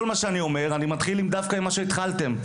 אני אתחיל דווקא עם מה שהתחלתם.